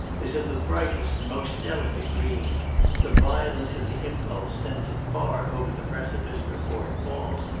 is of the brightest and most delicate green the violence of the impulse sends it far over the precipice before it falls,